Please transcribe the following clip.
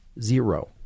zero